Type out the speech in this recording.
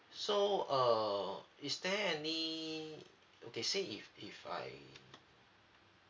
so uh is there any okay say if if I